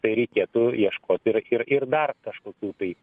tai reikėtų ieškot ir ir ir dar kažkokių tai